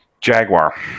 jaguar